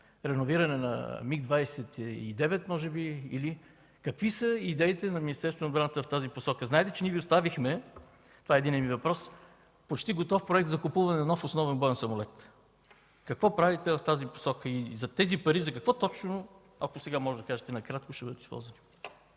реновиране на Миг-29 може би, или? Какви са идеите на Министерството на отбрана в тази посока? Знаете, че ние Ви оставихме – това е единият ми въпрос – почти готов проект за купуване на нов основен боен самолет. Какво правите в тази посока? И тези пари за какво точно, ако сега можете накратко, ще бъдат използвани?